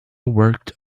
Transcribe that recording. worked